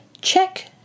check